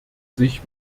sich